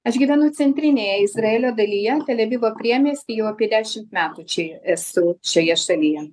aš gyvenu centrinėje izraelio dalyje tel avivo priemiesty jau apie dešimt metų čia esu šioje šalyje